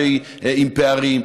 שהיא עם פערים,